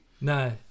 No